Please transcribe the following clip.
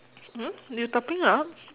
hmm you topping up